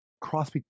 cross